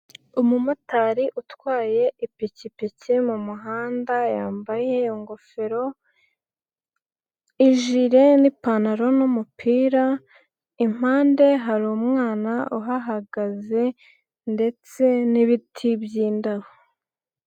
Umumotari utwaye ipikipiki mu muhanda, yambaye ingofero, ijire n'ipantaro n'umupira, impande hari umwana uhahagaze ndetse n'ibiti by'indabo.